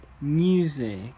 Music